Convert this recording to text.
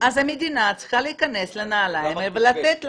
אז המדינה צריכה להיכנס לנעליים האלה ולתת להם.